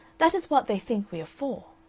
that is what they think we are for!